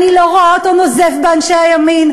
אני לא רואה אותו נוזף באנשי הימין.